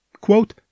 Quote